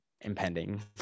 impending